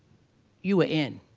you were in.